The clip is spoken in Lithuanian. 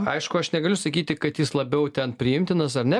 aišku aš negaliu sakyti kad jis labiau ten priimtinas ar ne